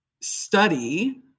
study